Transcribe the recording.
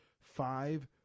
five